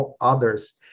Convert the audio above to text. others